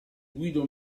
guido